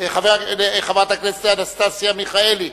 חברת הכנסת אנסטסיה מיכאלי,